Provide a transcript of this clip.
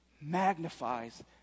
magnifies